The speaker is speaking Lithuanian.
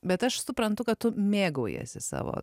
bet aš suprantu kad tu mėgaujiesi savo